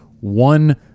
one